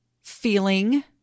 feeling